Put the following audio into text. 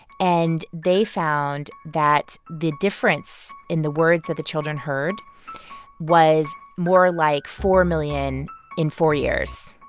and they found that the difference in the words that the children heard was more like four million in four years